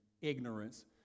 ignorance